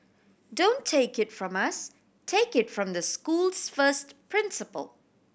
don't take it from us take it from the school's first principal